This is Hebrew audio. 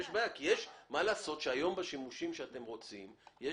מה לעשות שהיום בשימושים שאתם רוצים יש